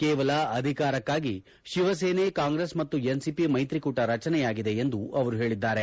ಕೇವಲ ಅಧಿಕಾರಕ್ಕಾಗಿ ಶಿವಸೇನೆ ಕಾಂಗ್ರೆಸ್ ಮತ್ತು ಎನ್ಸಿಪಿ ಮೈತ್ರಿಕೂಟ ರಚನೆಯಾಗಿದೆ ಎಂದು ಅವರು ಹೇಳಿದ್ದಾರೆ